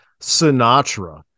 sinatra